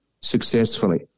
successfully